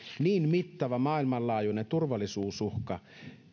niin mittava maailmanlaajuinen turvallisuusuhka